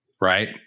right